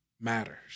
matters